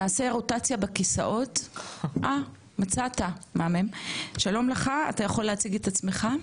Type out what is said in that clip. נציג האוצר, שלום לך, אתה יכול להציג את עצמך?